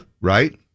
right